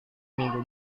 minggu